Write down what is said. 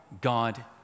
God